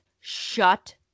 shut